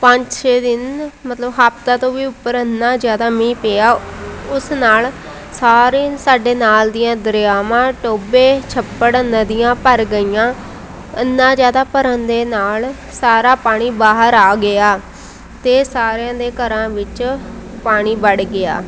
ਪੰਜ ਛੇ ਦਿਨ ਮਤਲਬ ਹਫਤਾ ਤੋਂ ਵੀ ਉੱਪਰ ਐਨਾ ਜ਼ਿਆਦਾ ਮੀਂਹ ਪਿਆ ਉਸ ਨਾਲ ਸਾਰੇ ਸਾਡੇ ਨਾਲ ਦੀਆਂ ਦਰਿਆਵਾਂ ਟੋਭੇ ਛੱਪੜ ਨਦੀਆਂ ਭਰ ਗਈਆਂ ਐਨਾ ਜ਼ਿਆਦਾ ਭਰਨ ਦੇ ਨਾਲ ਸਾਰਾ ਪਾਣੀ ਬਾਹਰ ਆ ਗਿਆ ਅਤੇ ਸਾਰਿਆਂ ਦੇ ਘਰਾਂ ਵਿੱਚ ਪਾਣੀ ਵੜ ਗਿਆ